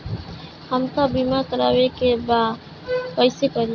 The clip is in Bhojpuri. हमका बीमा करावे के बा कईसे करी?